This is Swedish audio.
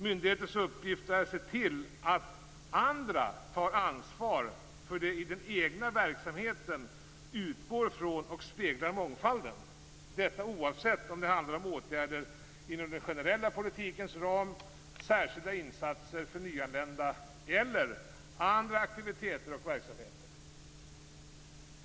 Myndighetens uppgift är att se till att andra tar ansvar för att de i den egna verksamheten utgår från och speglar mångfalden - detta oavsett om det handlar om åtgärder inom den generella politikens ram, särskilda insatser för nyanlända eller andra aktiviteter och verksamheter.